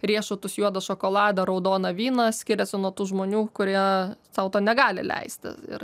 riešutus juodą šokoladą raudoną vyną skiriasi nuo tų žmonių kurie sau to negali leisti ir